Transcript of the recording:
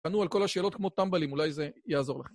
תענו על כל השאלות כמו טמבלים, אולי זה יעזור לכם.